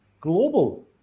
global